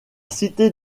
cité